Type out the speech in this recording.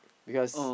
because